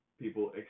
people